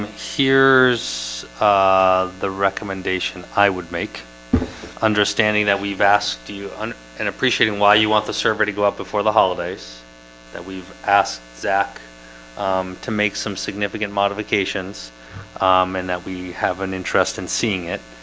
here's the recommendation i would make understanding that we've asked you um and appreciating why you want the server to go out before the holidays that we've asked zack to make some significant modifications um and that we have an interest in seeing it